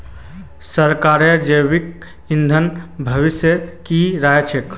सरकारक जैविक ईंधन भविष्येर की राय छ